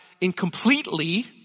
incompletely